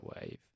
wave